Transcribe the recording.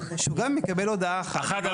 שהוא גם יקבל הודעה אחת.